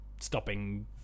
stopping